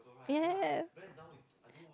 yes